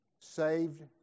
Saved